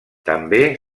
també